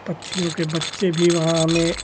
पक्षियों के बच्चे भी वहाँ हमें